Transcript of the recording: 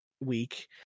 week